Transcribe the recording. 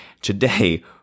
Today